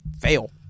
fail